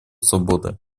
свободы